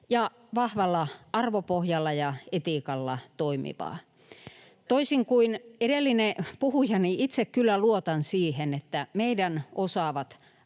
ja vahvalla arvopohjalla ja etiikalla toimivaa. [Suna Kymäläisen välihuuto] Toisin kuin edellinen puhuja, itse kyllä luotan siihen, että meidän osaavat